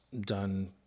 done